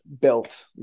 built